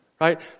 Right